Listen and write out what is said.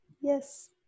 yes